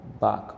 back